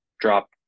drop